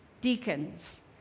Deacons